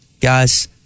guys